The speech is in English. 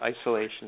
isolation